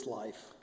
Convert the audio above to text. life